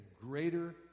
greater